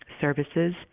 services